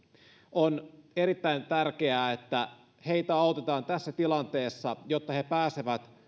on erittäin tärkeää että heitä autetaan tässä tilanteessa jotta he pääsevät